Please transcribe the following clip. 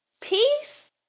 peace